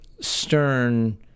stern